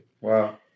Wow